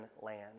land